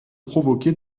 provoquer